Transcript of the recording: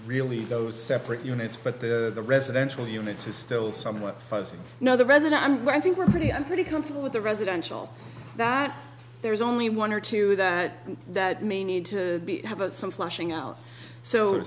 really those separate units but the residential units is still somewhat fuzzy now the resident i'm where i think we're pretty i'm pretty comfortable with the residential that there's only one or two that that may need to have some flushing out so